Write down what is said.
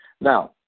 Now